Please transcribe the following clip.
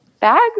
bags